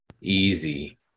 easy